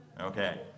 Okay